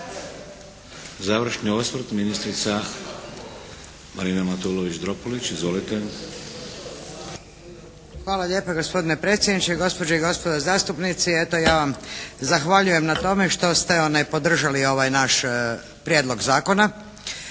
Hvala lijepa gospodine predsjedniče, gospođe i gospodo zastupnici. Eto, ja vam zahvaljujem na tome što ste podržali ovaj naš prijedlog zakona.